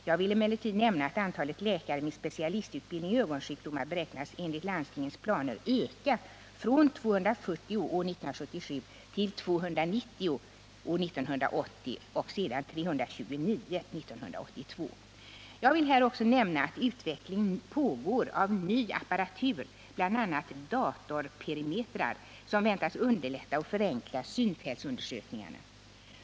Jag vill emellertid nämna att antalet läkare med specialistutbildning i ögonsjukdomar beräknas enligt landstingens planer öka från 240 år 1977 till 290 år 1980 och 329 år 1982. Jag vill här också nämna att utveckling pågår av ny apparatur, bl.a. datorperimetrar, som väntas underlätta och förenkla synfältsundersökningar.